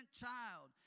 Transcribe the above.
child